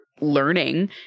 learning